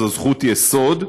זו זכות יסוד,